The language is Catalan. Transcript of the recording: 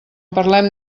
parlem